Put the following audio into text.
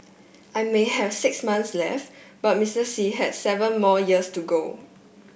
I may have six months left but Mister Xi has seven more years to go